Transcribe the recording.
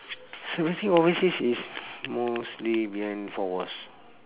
celebrating overseas is mostly behind four walls